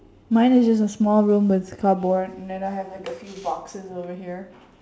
mine is just a small room but it is cardboard and then I like have a few boxes over here